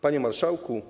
Panie Marszałku!